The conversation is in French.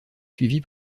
suivi